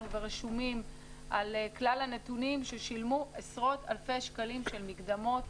ורשומים ששילמו עשרות אלפי שקלים מקדמות